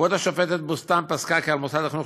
כבוד השופטת בוסתן פסקה כי על מוסד החינוך